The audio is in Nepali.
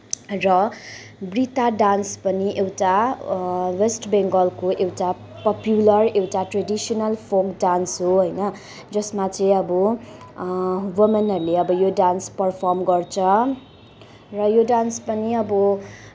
र बृता डान्स पनि एउटा वेस्ट बेङ्गलको एउटा पपुलर एउटा ट्रेडिसनेल फोल्क डान्स हो होइन जसमा चाहिँ अब वोमेनहरूले यो डान्स परर्फम गर्छ र यो डान्स पनि अब